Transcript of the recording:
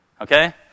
Okay